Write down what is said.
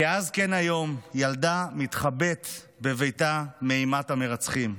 כאז כן היום, ילדה מתחבאת בביתה מאימת המרצחים,